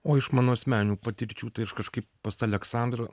o iš mano asmeninių patirčių tai aš kažkaip pas aleksandrą